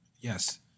Yes